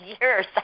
years